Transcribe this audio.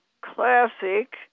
Classic